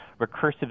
recursive